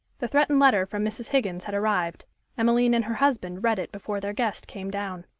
the threatened letter from mrs. higgins had arrived emmeline and her husband read it before their guest came down.